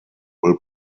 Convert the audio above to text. will